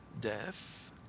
death